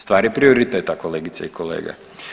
Stvar je prioriteta kolegice i kolege.